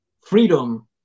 freedom